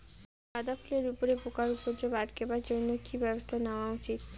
গাঁদা ফুলের উপরে পোকার উপদ্রব আটকেবার জইন্যে কি ব্যবস্থা নেওয়া উচিৎ?